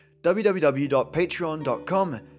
www.patreon.com